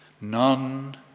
None